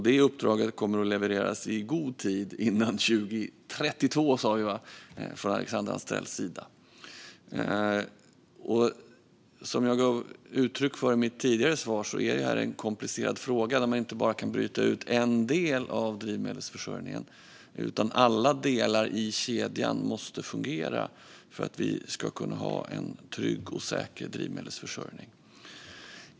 Det uppdraget kommer att levereras i god tid före 2032, som väl var det år Alexandra Anstrell sa. Som jag gav uttryck för i mitt tidigare svar är det här en komplicerad fråga där man inte bara kan bryta ut en del av drivmedelsförsörjningen, utan alla delar i kedjan måste fungera för att vi ska kunna ha en trygg och säker drivmedelsförsörjning.